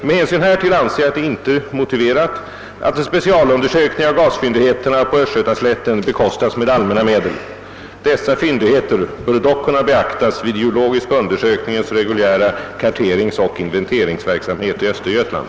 Med hänsyn härtill anser jag det inte motiverat att en specialundersökning av gasfyndigheterna på Östgötaslätten bekostas med allmänna medel. Dessa fyndigheter bör dock kunna beaktas vid Sveriges geologiska undersöknings reguljära karteringsoch inventeringsverksamhet i Östergötland.